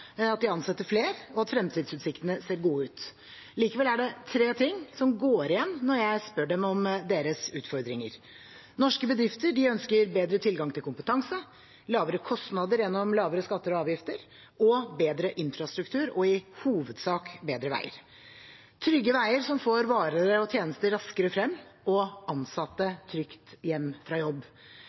at de ansetter flere, og at fremtidsutsiktene ser gode ut. Likevel er det tre ting som går igjen når jeg spør dem om deres utfordringer. Norske bedrifter ønsker bedre tilgang til kompetanse, lavere kostnader gjennom lavere skatter og avgifter og bedre infrastruktur og i hovedsak bedre veier – trygge veier som får varer og tjenester raskere frem og ansatte trygt hjem fra jobb.